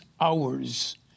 hours